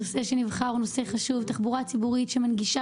הנושא שנבחר הוא נושא חשוב: תחבורה ציבורית שמנגישה